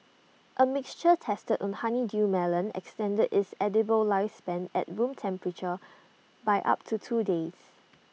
A mixture tested on honeydew melon extended its edible lifespan at room temperature by up to two days